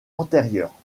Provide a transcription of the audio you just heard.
antérieurs